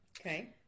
okay